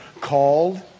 called